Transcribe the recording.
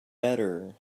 better